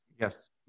Yes